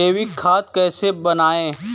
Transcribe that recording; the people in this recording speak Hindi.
जैविक खाद कैसे बनाएँ?